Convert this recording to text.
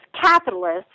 capitalists